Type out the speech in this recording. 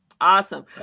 awesome